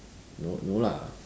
no no lah